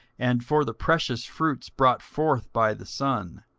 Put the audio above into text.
and for the precious fruits brought forth by the sun,